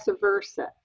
versa